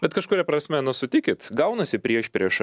bet kažkuria prasme na sutikit gaunasi priešprieša